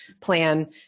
plan